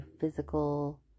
physical